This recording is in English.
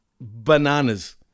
bananas